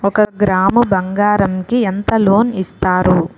ఒక గ్రాము బంగారం కి ఎంత లోన్ ఇస్తారు?